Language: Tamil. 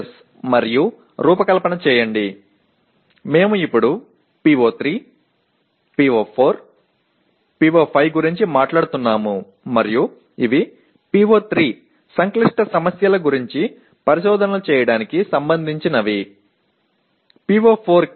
எஸ் மின்னழுத்த கட்டுப்பாட்டாளர்களை வடிவமைக்கவும் நாங்கள் இப்போது ஒரு பிஓ 3 பிஓ 4 பிஓ 5 பேசுகிறோம் இவை பிஓ 3 என்பது சிக்கலான பிரச்சினைகள் குறித்து விசாரணைகளை நடத்துவதோடு தொடர்புடையது